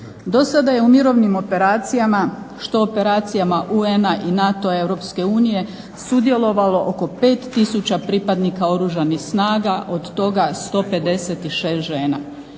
Do sada je u mirovnim operacijama, što operacijama UN-a i NATO-a, Europske unije sudjelovalo oko 5000 pripadnika Oružanih snaga, od toga 156 žena